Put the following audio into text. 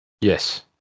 Yes